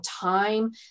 time